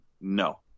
no